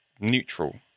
neutral